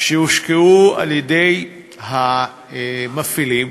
שהושקעו על-ידי המפעילים,